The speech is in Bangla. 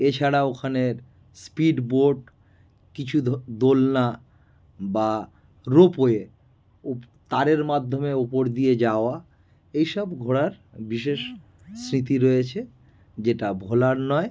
এছাড়া ওখানের স্পিড বোট কিছু ধো দোলনা বা রোপওয়ে তারের মাধ্যমে ওপর দিয়ে যাওয়া এই সব ঘোরার বিশেষ স্মৃতি রয়েছে যেটা ভোলার নয়